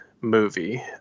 movie